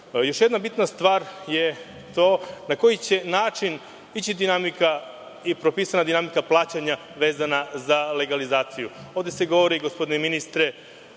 jedna bitna stvar je to na koji će način ići propisana dinamika plaćanja vezana za legalizaciju. Ovde se govori, gospodine ministre,